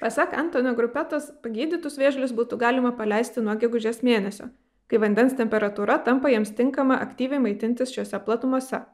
pasak entono grupetos pagydytus vėžlius būtų galima paleisti nuo gegužės mėnesio kai vandens temperatūra tampa jiems tinkama aktyviai maitintis šiose platumose